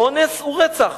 אונס הוא רצח.